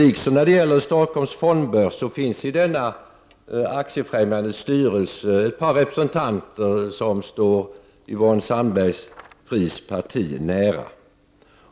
Liksom när det gäller Stockholms fondbörs finns i Aktiefrämjandets styrelse ett par representanter, som står Yvonne Sandberg-Fries parti nära.